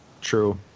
True